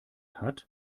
hat